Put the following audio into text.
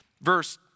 verse